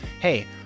hey